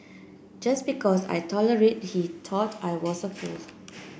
just because I tolerated he thought I was a fool